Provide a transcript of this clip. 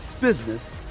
business